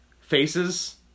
faces